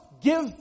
give